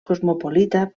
cosmopolita